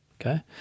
Okay